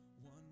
one